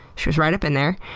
she was right up in there.